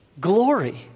glory